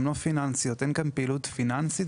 ולא פיננסיות; אין כאן פעילות פיננסית.